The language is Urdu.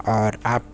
اور اپ